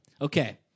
Okay